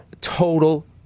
Total